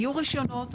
יהיו רישיונות,